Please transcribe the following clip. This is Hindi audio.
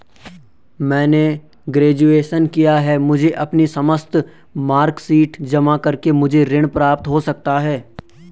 मैंने ग्रेजुएशन किया है मुझे अपनी समस्त मार्कशीट जमा करके मुझे ऋण प्राप्त हो सकता है?